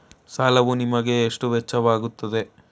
ಸಾಲವು ನಿಮಗೆ ಎಷ್ಟು ವೆಚ್ಚವಾಗುತ್ತದೆ?